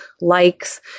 likes